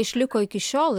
išliko iki šiol